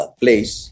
place